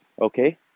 okay